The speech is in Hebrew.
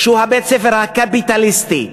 שהוא בית-הספר הקפיטליסטי.